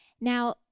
Now